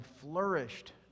flourished